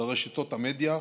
ברשתות המדיה,